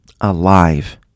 alive